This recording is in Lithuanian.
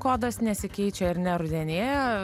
kodas nesikeičia ir nor rudenėja